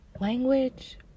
language